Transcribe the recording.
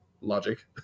logic